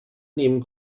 neben